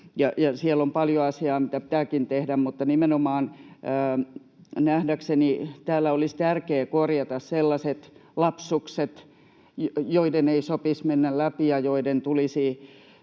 siellä on paljon asiaa, mitä pitääkin tehdä, mutta nimenomaan nähdäkseni täällä olisi tärkeää korjata sellaiset lapsukset, joiden ei sopisi mennä läpi ja jotka tulisi